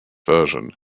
version